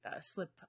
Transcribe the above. slip